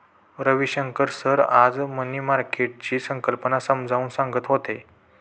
Ravishankar sir आज money मार्केटची संकल्पना समजावून सांगत होते